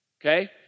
okay